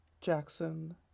Jackson